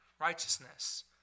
righteousness